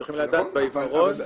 צריך לדעת, בעיוורון --- נכון.